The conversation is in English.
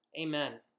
Amen